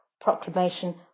proclamation